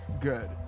Good